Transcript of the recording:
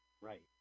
Right